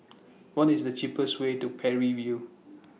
What IS The cheapest Way to Parry View